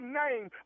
name